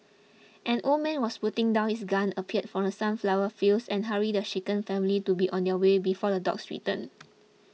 an old man was putting down his gun appeared from sunflower fields and hurried the shaken family to be on their way before the dogs return